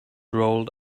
rolled